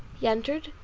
he entered,